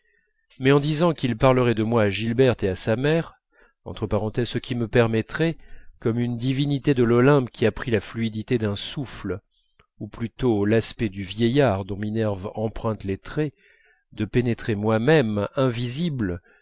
mais en disant qu'il parlerait de moi à gilberte et à sa mère ce qui me permettrait comme une divinité de l'olympe qui a pris la fluidité d'un souffle ou plutôt l'aspect du vieillard dont minerve emprunte les traits de pénétrer moi-même invisible